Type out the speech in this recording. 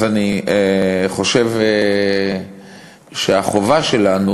אז אני חושב שהחובה שלנו,